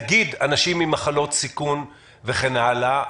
נגיד סגר של אנשים עם מחלות סיכון וכן הלאה.